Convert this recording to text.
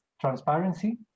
transparency